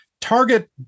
target